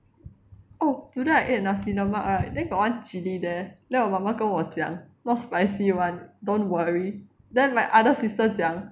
oh today I ate nasi lemak right then got one chilli there then 我妈妈跟我讲 not spicy [one] don't worry then my other sister 讲